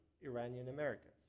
Iranian-Americans